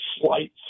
slight